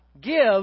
Give